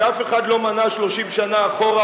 שאף אחד לא מנע 30 שנה אחורה.